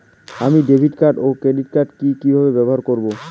আমি ডেভিড ও credit card কি কিভাবে ব্যবহার করব?